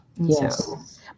Yes